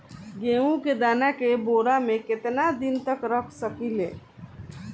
गेहूं के दाना के बोरा में केतना दिन तक रख सकिले?